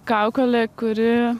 kaukolė kuri